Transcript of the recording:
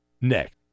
Next